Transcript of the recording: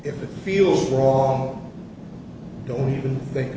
if it feels wrong don't even think